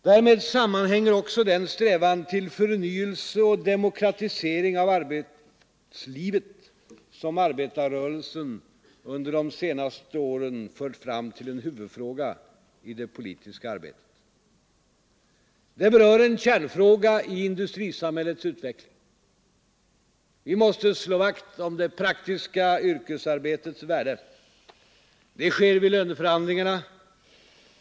Därmed sammanhänger också den strävan till förnyelse och demokratisering av arbetslivet som arbetarrörelsen under de senaste åren fört fram till en huvudfråga i det politiska arbetet. Där berörs en kärnfråga i industrisamhällets . utveckling. Vi måste slå vakt om det praktiska yrkesarbetets värde. Det sker vid löneförhandlingarna.